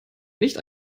nicht